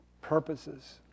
purposes